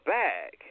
back